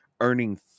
Earning